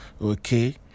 Okay